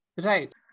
right